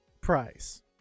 price